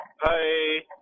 Hi